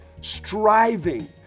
striving